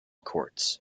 courts